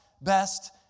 best